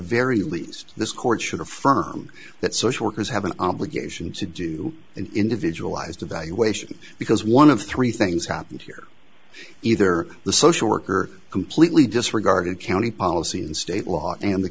very least this court should affirm that social workers have an obligation to do an individual ised evaluation because one of three things happened here either the social worker completely disregarded county policy and state law and the